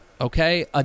Okay